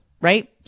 right